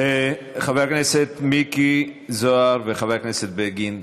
חבר הכנסת מיקי זוהר וחבר הכנסת בגין,